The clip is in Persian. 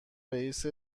رئیس